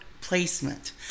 placement